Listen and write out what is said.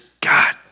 God